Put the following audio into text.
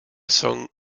song